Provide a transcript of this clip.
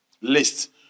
List